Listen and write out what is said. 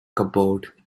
cupboard